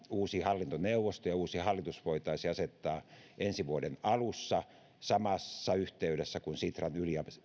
uusi hallintoneuvosto ja uusi hallitus voitaisiin asettaa ensi vuoden alussa samassa yhteydessä kuin sitran